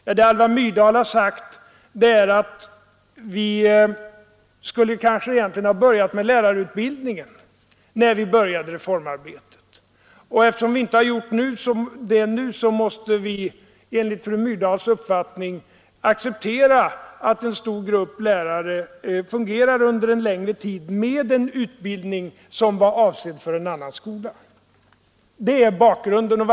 Ja, vad Alva Myrdal sagt är att vi kanske egentligen skulle ha börjat med lärarutbildningen när vi började reformarbetet. Eftersom vi inte gjort det, måste vi enligt fru Myrdals mening acceptera att en stor grupp lärare fungera under en längre tid med en utbildning som var avsedd för en annan skola. Det är bakgrunden till fru Myrdals uttalande.